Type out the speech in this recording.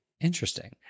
Interesting